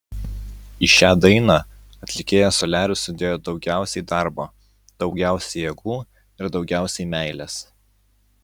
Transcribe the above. į šią dainą atlikėjas soliaris sudėjo daugiausiai darbo daugiausiai jėgų ir daugiausiai meilės